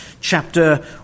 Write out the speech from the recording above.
chapter